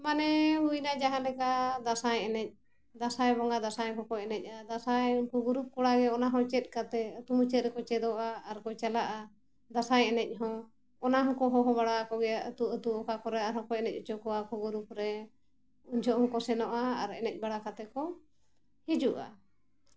ᱢᱟᱱᱮ ᱦᱩᱭᱱᱟ ᱡᱟᱦᱟᱸ ᱞᱮᱠᱟ ᱫᱟᱸᱥᱟᱭ ᱮᱱᱮᱡ ᱫᱟᱸᱥᱟᱭ ᱵᱚᱸᱜᱟ ᱫᱟᱸᱥᱟᱭ ᱦᱚᱸᱠᱚ ᱮᱱᱮᱡᱼᱟ ᱫᱟᱸᱥᱟᱭ ᱩᱱᱠᱩ ᱜᱩᱨᱩᱯ ᱠᱚᱲᱟ ᱜᱮ ᱚᱱᱟ ᱦᱚᱸ ᱪᱮᱫ ᱠᱟᱛᱮᱫ ᱟᱛᱳ ᱢᱩᱪᱟᱹᱫ ᱨᱮᱠᱚ ᱪᱮᱫᱚᱜᱼᱟ ᱟᱨᱠᱚ ᱪᱟᱞᱟᱜᱼᱟ ᱫᱟᱸᱥᱟᱭ ᱮᱱᱮᱡ ᱦᱚᱸ ᱚᱱᱟ ᱦᱚᱸᱠᱚ ᱦᱚᱦᱚ ᱵᱟᱲᱟ ᱟᱠᱚ ᱜᱮᱭᱟ ᱟᱛᱳ ᱟᱛᱳ ᱚᱠᱟ ᱠᱚᱨᱮ ᱟᱨᱦᱚᱸ ᱠᱚ ᱮᱱᱮᱡ ᱦᱚᱪᱚ ᱠᱚᱣᱟ ᱜᱩᱨᱩᱯ ᱨᱮ ᱩᱱᱡᱚᱠᱷᱚᱱ ᱦᱚᱸᱠᱚ ᱥᱮᱱᱚᱜᱼᱟ ᱟᱨ ᱮᱱᱮᱡ ᱵᱟᱲᱟ ᱠᱟᱛᱮᱫ ᱠᱚ ᱦᱤᱡᱩᱜᱼᱟ